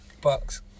Buck's